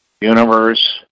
universe